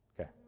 Okay